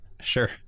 sure